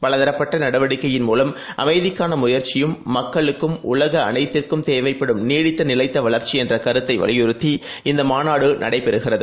பலதரப்பட்டநடவடிக்கையின் மூலம் அமைதிக்கானமுயற்சியும் மக்களுக்கும் உலகம் அனைத்திற்கும் தேவைப்படும் நீடித்தநிலைத்தவளர்ச்சிஎன்றகருத்தைவலியுறுத்தி இந்தமாநாடுநடைபெறுகிறது